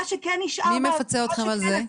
מי מפצה אתכם על זה?